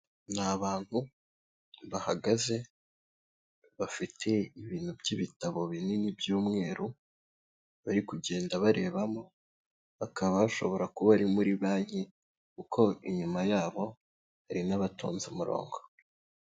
Ni abantu bahagaze, bafite ibintu by'ibitabo binini by'umweru, bari kugenda barebamo, hakaba hashobora kuba ari muri banki, kuko inyuma yabo hari n'abatonze umurongo.